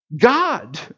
God